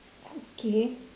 okay